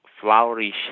flourish